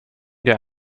der